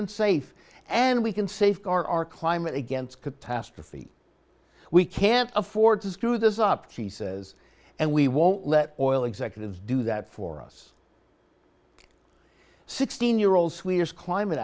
and safe and we can safeguard our climate against catastrophe we can't afford to screw this up he says and we won't let oil executives do that for us sixteen year old swedish climate